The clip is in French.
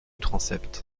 transept